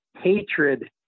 hatred